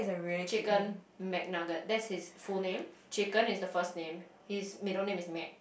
chicken Mcnugget that's his full name chicken is the first name his middle name is Mac